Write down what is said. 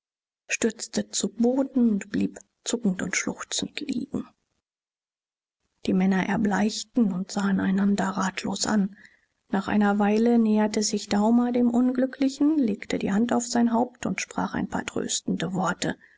stürzte zu boden und blieb zuckend und schluchzend liegen die männer erbleichten und sahen einander ratlos an nach einer weile näherte sich daumer dem unglücklichen legte die hand auf sein haupt und sprach ein paar tröstende worte